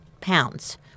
pounds